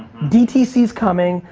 dtcs coming,